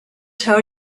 tell